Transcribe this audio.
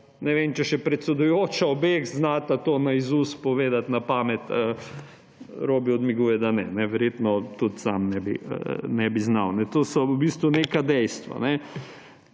ne vem, če še predsedujoča obeh znata to na izust povedati, na pamet. Robi odmiguje, da ne. Verjetno tudi sam ne bi znal. To so v bistvu neka dejstva.